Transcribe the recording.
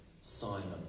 Simon